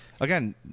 again